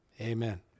Amen